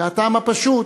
מהטעם הפשוט